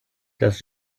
das